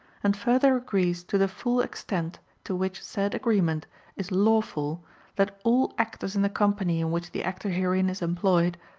and further agrees to the full extent to which said agreement is lawful that all actors in the company in which the actor herein is employed,